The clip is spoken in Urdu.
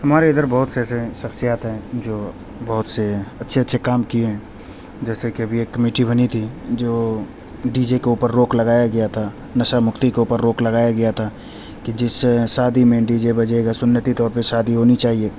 ہمارے ادھر بہت سے ایسے شخصیات ہیں جو بہت سے اچھے اچھے کام کیے ہیں جیسے کہ ابھی ایک کمیٹی بنی تھی جو ڈی جے کے اوپر روک لگایا گیا تھا نشہ مکتی کے اوپر روک لگایا گیا تھا کہ جس شادی میں ڈی جے بجے گا سنتی طور پہ شادی ہونی چاہیے